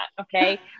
Okay